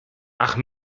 ach